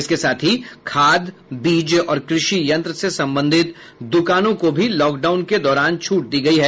इसके साथ ही खाद बीज और कृषि यंत्र से संबंधित दुकानों को भी लॉकडाउन के दौरान छूट दी गयी है